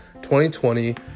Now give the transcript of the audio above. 2020